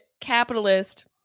capitalist